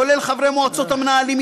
כולל חברי מועצות המנהלים,